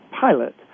pilot